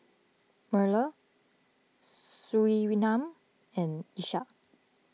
Melur Surinam and Ishak